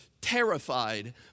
terrified